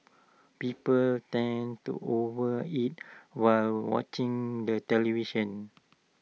people tend to overeat while watching the television